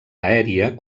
aèria